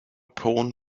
pawn